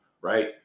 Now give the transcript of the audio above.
right